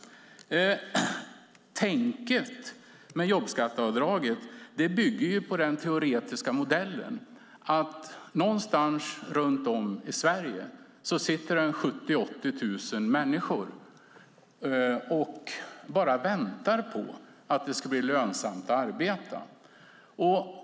Tänket med jobbskatteavdraget bygger på den teoretiska modellen att runt om i Sverige sitter 70 000-80 000 människor och bara väntar på att det ska bli lönsamt att arbeta.